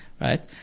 right